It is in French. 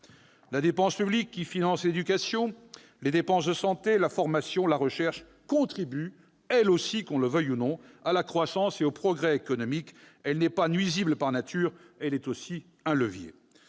La dépense publique, qui finance l'éducation, les dépenses de santé, la formation, la recherche, contribue elle aussi, qu'on le veuille ou non, à la croissance et au progrès économique. Elle n'est pas nuisible par nature, elle est aussi un levier.